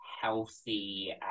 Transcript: healthy